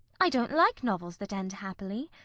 i don't like novels that end happily.